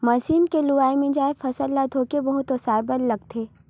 machine के लुवाए, मिंजाए फसल ल थोके बहुत ओसाए बर लागथे